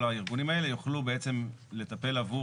כל הארגונים האלו יוכלו בעצם לטפל עבור